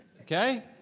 okay